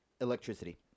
electricity